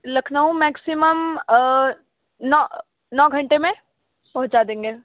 Lucknow maximum नौ नौ घंटे में पहुंचा देंगें